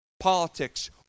politics